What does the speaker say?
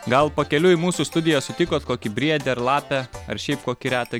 gal pakeliui į mūsų studiją sutikot kokį briedį ar lapę ar šiaip kokį retą